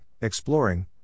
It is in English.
exploring